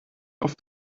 auf